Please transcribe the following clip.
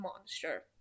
monster